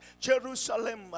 Jerusalem